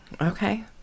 okay